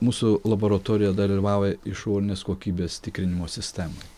mūsų laboratorija dalyvauja išorinės kokybės tikrinimo sistemoje